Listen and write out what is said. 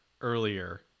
earlier